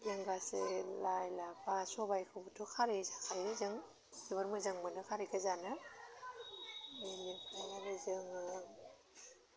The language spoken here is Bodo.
जों गासै लाइ लाफा सबाइखौबोथ' खारै जाखायो जों जोबोर मोजां मोनो खारैखो जानो बेनिफ्राइ आरो जोङो